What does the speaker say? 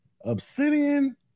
Obsidian